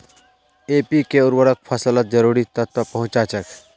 NPK उर्वरक फसलत जरूरी तत्व पहुंचा छेक